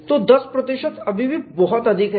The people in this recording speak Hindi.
तो 10 अभी भी बहुत अधिक है